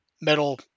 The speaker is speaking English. metal